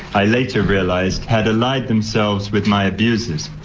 i later realised had allied themselves with my abusers.